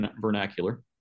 vernacular